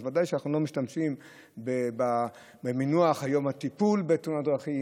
אז ודאי שאנחנו לא משתמשים במינוח "יום הטיפול בתאונת דרכים",